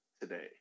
today